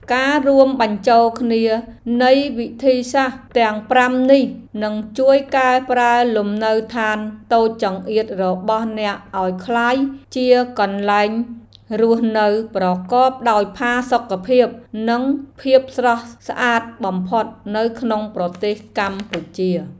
ការរួមបញ្ចូលគ្នានៃវិធីសាស្ត្រទាំងប្រាំនេះនឹងជួយកែប្រែលំនៅឋានតូចចង្អៀតរបស់អ្នកឱ្យក្លាយជាកន្លែងរស់នៅប្រកបដោយផាសុកភាពនិងភាពស្រស់ស្អាតបំផុតនៅក្នុងប្រទេសកម្ពុជា។